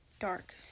dark